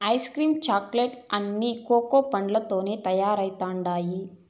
ice cream chocolate లన్నీ కోకా పండ్లతోనే తయారైతండాయి